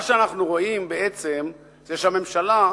מה שאנחנו רואים בעצם זה שהממשלה,